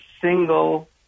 single